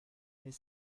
mais